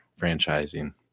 franchising